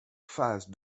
phase